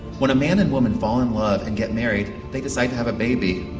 when a man and woman fall in love and get married, they decide to have a baby.